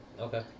Okay